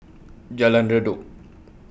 Jalan Redop